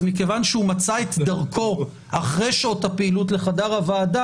אז מכיוון שהוא מצא את דרכו אחרי שעות הפעילות לחדר הוועדה,